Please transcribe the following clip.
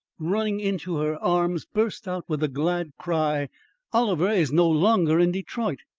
running into her arms, burst out with the glad cry oliver is no longer in detroit,